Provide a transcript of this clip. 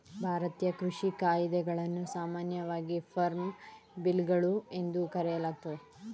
ಭಾರತೀಯ ಕೃಷಿ ಕಾಯಿದೆಗಳನ್ನು ಸಾಮಾನ್ಯವಾಗಿ ಫಾರ್ಮ್ ಬಿಲ್ಗಳು ಎಂದು ಕರೆಯಲಾಗ್ತದೆ